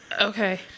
Okay